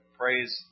praise